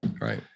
Right